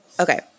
Okay